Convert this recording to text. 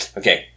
okay